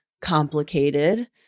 complicated